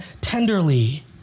tenderly